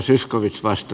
arvoisa puhemies